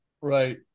right